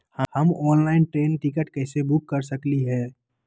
हम online train ticket कैसे book कर सकली हई?